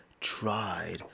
tried